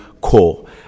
core